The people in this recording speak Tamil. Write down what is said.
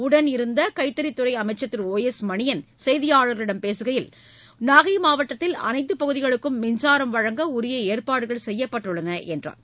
உடனிருந்த கைத்தறித்துறை அமைச்சர் திரு ஓ எஸ் மணியன் செய்தியாளர்களிடம் பேசுகையில் நாகை மாவட்டத்தில் அனைத்து பகுதிகளுக்கும் மின்சாரம் வழங்க உரிய ஏற்பாடுகள் செய்யப்பட்டுள்ளன என்றார்